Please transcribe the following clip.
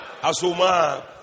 Asuma